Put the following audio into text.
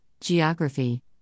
geography